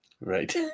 right